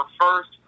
first